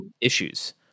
issues